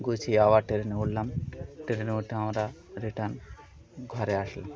গুছিয়ে আবার ট্রেনে উঠলাম ট্রেনে উঠে আমরা রিটার্ন ঘরে আসলাম